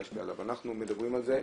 אנחנו מדברים על זה,